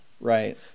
Right